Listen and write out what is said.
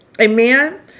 Amen